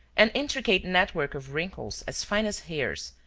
an intricate network of wrinkles as fine as hairs,